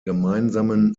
gemeinsamen